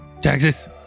Texas